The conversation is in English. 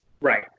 Right